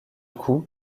coup